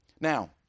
Now